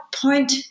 point